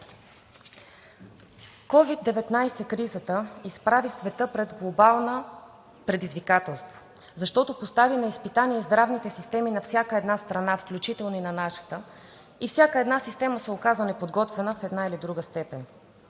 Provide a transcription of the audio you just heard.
COVID-19 кризата изправи света пред глобално предизвикателство, защото постави на изпитание здравните системи на всяка една страна, включително и на нашата, и всяка една система се оказа неподготвена в една или друга степен.